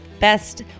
best